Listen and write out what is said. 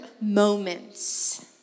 moments